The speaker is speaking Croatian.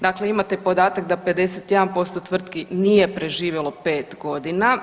Dakle, imate podatak da 51% tvrtki nije preživjelo 5 godina.